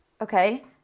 okay